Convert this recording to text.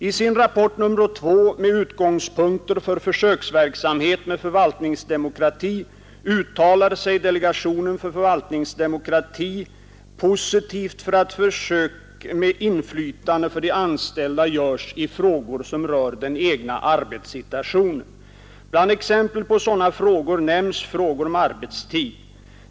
I sin rapport nr 2 med utgångspunkter för försöksverksamhet med förvaltningsdemokrati uttalar sig delegationen för förvaltningsdemokrati positivt för att försök med inflytande för de anställda görs i frågor som rör den egna arbetssituationen. Bland exempel på sådana frågor nämns frågor om arbetstid.